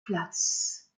place